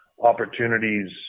opportunities